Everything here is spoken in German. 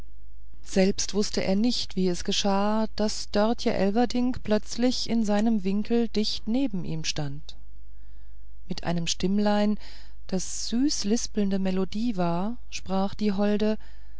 selbst wußte er nicht wie es geschah daß dörtje elverdink plötzlich in seinem winkel dicht neben ihm stand mit einem stimmlein das süßlispelnde melodie war sprach die holde